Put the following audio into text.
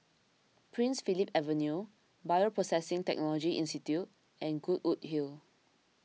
Prince Philip Avenue Bioprocessing Technology Institute and Goodwood Hill